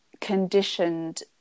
conditioned